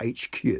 HQ